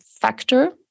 factor